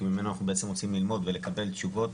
ממנו אנחנו בעצם רוצים ללמוד ולקבל תשובות,